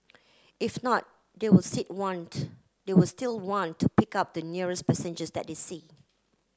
if not they will still want they will still want to pick up the nearest passenger that they see